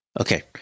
Okay